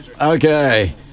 Okay